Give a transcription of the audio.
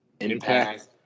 Impact